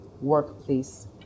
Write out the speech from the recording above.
workplace